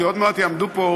כי עוד מעט יעמדו פה